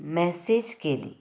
message केली